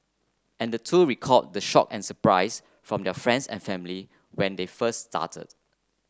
and the two recalled the shock and surprise from their friends and family when they first started